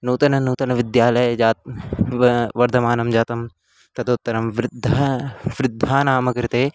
नूतन नूतन विद्यालये जा व वर्धमानं जातं तदुत्तरं वृद्धा वृद्धानां कृते